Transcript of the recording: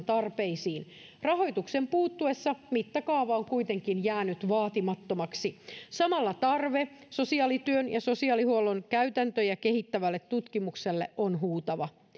tarpeisiin rahoituksen puuttuessa mittakaava on kuitenkin jäänyt vaatimattomaksi samalla tarve sosiaalityön ja sosiaalihuollon käytäntöjä kehittävälle tutkimukselle on huutava